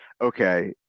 okay